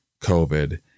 COVID